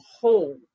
whole